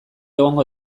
egongo